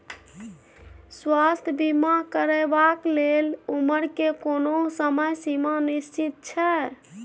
स्वास्थ्य बीमा करेवाक के लेल उमर के कोनो समय सीमा निश्चित छै?